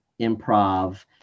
improv